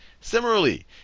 Similarly